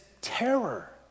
terror